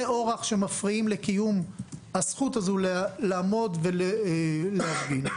אורח שמפריעים לקיום הזכות הזאת לעמוד ולהפגין.